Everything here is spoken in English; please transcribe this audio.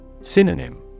Synonym